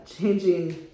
changing